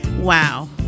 Wow